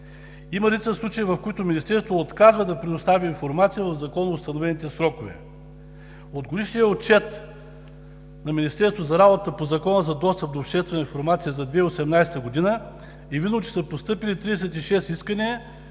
Има редица случаи, в които Министерството отказва да предостави информация в законоустановените срокове. От Годишния отчет на Министерството за работа по Закона за достъп до обществена информация за 2018 г. е видно, че са постъпили 36 искания,